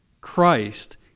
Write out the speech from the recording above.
Christ